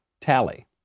tally